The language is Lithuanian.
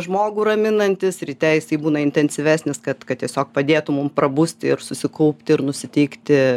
žmogų raminantis ryte jisai būna intensyvesnis kad kad tiesiog padėtų mum prabusti ir susikaupt ir nusiteikti